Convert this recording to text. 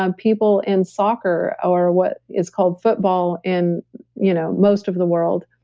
um people in soccer or what is called football in you know most of the world,